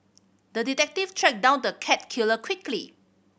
the detective tracked down the cat killer quickly